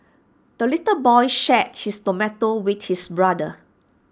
the little boy shared his tomato with his brother